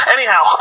Anyhow